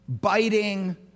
biting